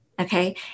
okay